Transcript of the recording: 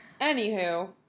Anywho